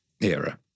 era